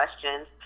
questions